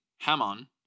Hamon